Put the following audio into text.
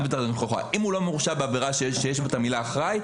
אם הוא לא מורשה בעבירה שיש בה אתה מילה אחראי,